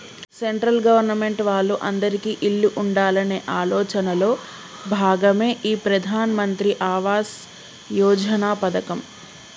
central government వాళ్ళు అందిరికీ ఇల్లు ఉండాలనే ఆలోచనలో భాగమే ఈ ప్రధాన్ మంత్రి ఆవాస్ యోజన పథకం